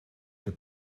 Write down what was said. het